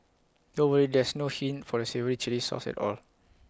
don't worry there's no hint for the savoury Chilli sauce at all